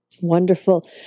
Wonderful